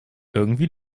irgendwie